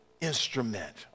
instrument